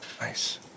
Nice